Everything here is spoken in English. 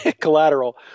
collateral